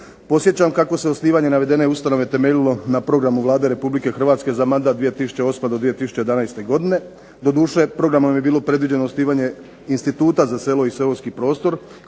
Podsjećam kako se osnivanje navedene ustanove temeljilo na programu Vlade Republike Hrvatske za mandat 2008. do 2011. godine. Doduše, programom je bilo predviđeno osnivanje Instituta za selo i seoski prostor